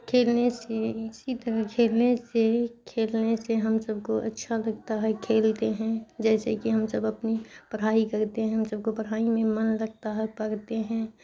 کھیلنے سے اسی طرح کھیلنے سے کھیلنے سے ہم سب کو اچھا لگتا ہے کھیلتے ہیں جیسے کہ ہم سب اپنی پڑھائی کرتے ہیں ہم سب کو پڑھائی میں من لگتا ہے پگتے ہیں